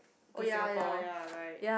oh ya ya ya right